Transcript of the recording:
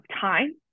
time